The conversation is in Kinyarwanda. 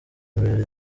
mbere